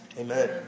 Amen